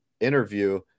interview